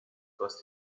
cost